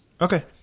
Okay